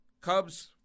Cubs